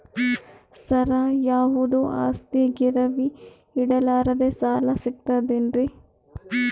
ಸರ, ಯಾವುದು ಆಸ್ತಿ ಗಿರವಿ ಇಡಲಾರದೆ ಸಾಲಾ ಸಿಗ್ತದೇನ್ರಿ?